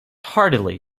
heartily